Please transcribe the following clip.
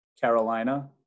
Carolina